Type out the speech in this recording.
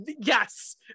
yes